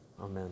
Amen